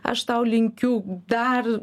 aš tau linkiu dar